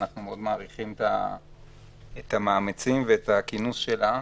אנחנו מאוד מעריכים את המאמצים ואת הכינוס שלה.